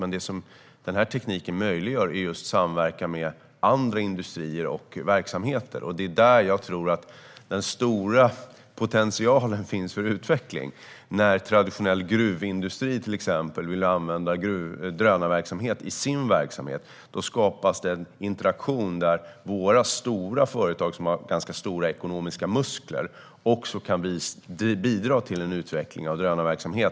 Men den här tekniken möjliggör just samverkan med andra industrier och verksamheter. Det är där som jag tror att den stora potentialen finns för utveckling. Ett exempel är när traditionell svensk gruvindustri använder drönarverksamhet i sin verksamhet. Då skapas det en interaktion när våra stora företag som har stora ekonomiska muskler kan bidra till en utveckling av drönarverksamhet.